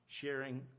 sharing